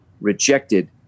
rejected